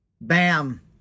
Bam